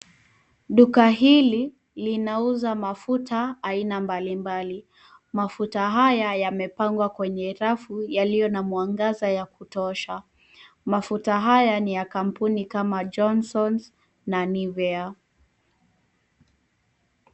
Duka hili linauza mafuta aina mbalimbali. Mafuta haya yamepangwa kwenye rafu yaliyo na mwangaza ya kutosha. Mafuta haya ni ya kampuni kama vile Johnsons na Nivea.